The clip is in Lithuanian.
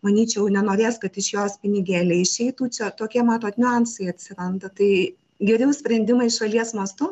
manyčiau nenorės kad iš jos pinigėliai išeitų čia tokie matot niuansai atsiranda tai geriau sprendimai šalies mastu